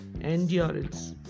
Endurance